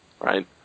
right